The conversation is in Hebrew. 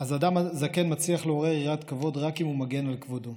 "אדם זקן מצליח לעורר יראת כבוד רק אם הוא מגן על כבודו,